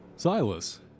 Silas